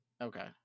okay